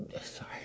Sorry